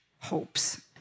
hopes